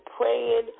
Praying